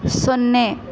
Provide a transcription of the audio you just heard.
ಸೊನ್ನೆ